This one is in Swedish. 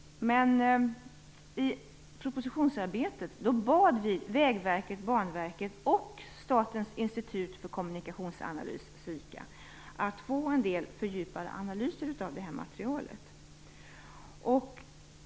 I propositionsarbetet bad vi Vägverket, Banverket och Statens institut för kommunikationsanalys, SIKA, att få en del fördjupade analyser av det här materialet.